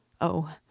Oh